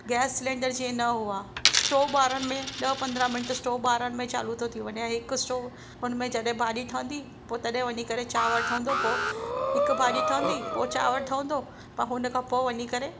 gas cylinder जे न हुआ स्टॉव ॿारण में ॾह पंद्रहां मिन्ट स्टॉव ॿारण में चालू थो थी वञे ऐं हिकु स्टॉव हुन में जॾहिं भाॼी ठहंदी पोइ तॾहिं वञी करे चांवर ठहंदो पोइ हिक भाॼी ठहंदी पोइ चांवर ठहंदो त हुन खां पोइ वञी करे